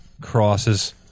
Crosses